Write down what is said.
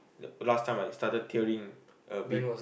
last time I tearing a bit